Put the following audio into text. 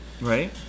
Right